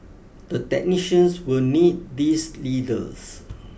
the technicians will need these leaders